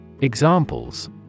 Examples